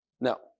Now